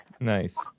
Nice